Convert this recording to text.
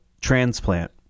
transplant